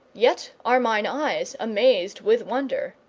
yet are mine eyes amazed with wonder.